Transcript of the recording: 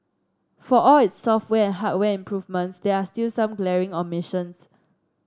for all its software hardware improvements there are still some glaring omissions